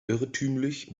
irrtümlich